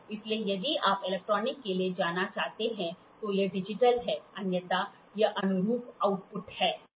इसलिए यदि आप इलेक्ट्रॉनिक के लिए जाना चाहते हैं तो यह डिजिटल है अन्यथा यह अनुरूप आउटपुट है